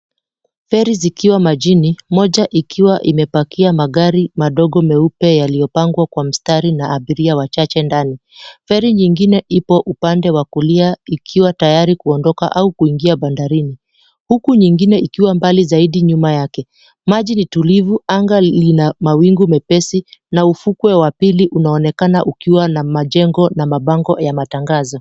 Feri zikiwa majini, moja ikiwa imepakia magari madogo meupe yaliyopangwa kwa mstari na abiria wachache ndani. Feri nyingine ipo upande wa kulia ikiwa tayari kuondoka au kuingia bandarini. Huku nyingine ikiwa mbali zaidi nyuma yake. Maji ni tulivu, anga lina mawingu mepesi na ufukwe wa pili unaonekana ukiwa na majengo na mabango ya matangazo.